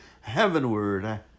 heavenward